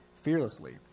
fearlessly